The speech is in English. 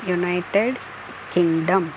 United Kingdom